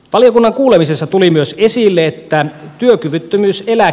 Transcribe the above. valiokunnan kuulemisessa tuli myös esille että työkyvyttömyysteillä